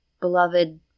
beloved